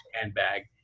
handbag